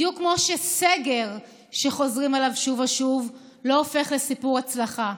בדיוק כמו שסגר שחוזרים עליו שוב ושוב לא הופך לסיפור הצלחה.